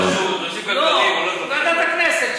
לא, ועדת הכנסת.